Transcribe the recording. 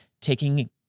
taking